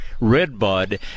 redbud